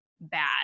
bad